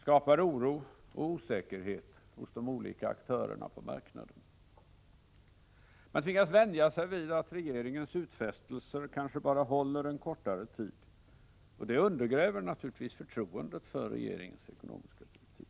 skapar oro och osäkerhet hos de olika aktörerna på marknaden. Man tvingas vänja sig vid att regeringens utfästelser kanske bara håller en kortare tid, och det undergräver naturligtvis förtroendet för regeringens ekonomiska politik.